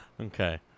Okay